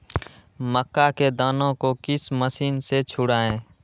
मक्का के दानो को किस मशीन से छुड़ाए?